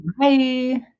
Bye